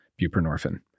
buprenorphine